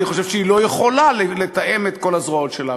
אני חושב שהיא לא יכולה לתאם את כל הזרועות שלה.